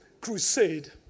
crusade